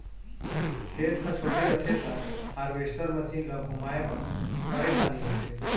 खेत ह छोटे रथे त हारवेस्टर मसीन ल घुमाए म परेसानी होथे